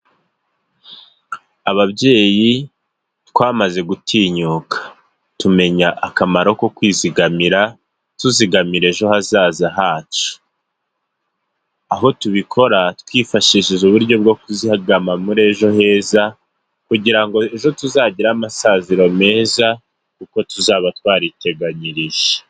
Ababyeyi twamaze gutinyuka tumenya akamaro ko kwizigamira tuzigamira ejo hazaza hacu, aho tubikora twifashishije uburyo bwo kuzigama muri ejo heza kugira ngo ejo tuzagire amasaziro meza kuko tuzaba twariteganyirije.